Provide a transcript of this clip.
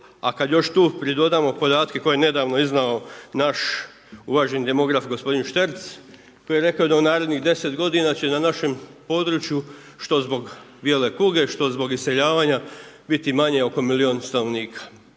A kada još tu pridodamo podatke koje je nedavno iznao naš uvaženi demograf gospodin Šterc koji je rekao da u narednih 10 godina će na našem području što zbog bijele kuge, što zbog iseljavanja biti manje oko milijun stanovnika.